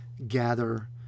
gather